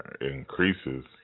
increases